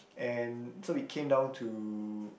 and so it came down to